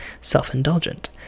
self-indulgent